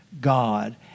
God